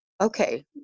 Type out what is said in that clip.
okay